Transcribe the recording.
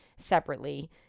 Separately